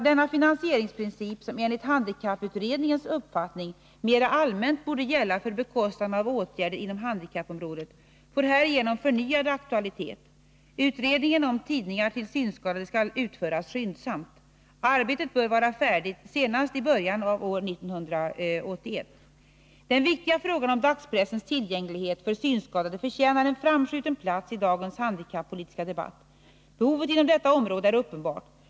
Denna finansieringsprincip, som enligt handikapputredningens uppfattning mera allmänt borde gälla för bekostande av åtgärder inom handikappområdet, får härigenom förnyad aktualitet. Utredningen om tidningar till synskadade skall utföras skyndsamt. Arbetet bör vara färdigt senast i början av år 1981. Den viktiga frågan om dagspressens tillgänglighet för synskadade förtjänar en framskjuten plats i dagens handikappolitiska debatt. Behovet inom detta område är uppenbart.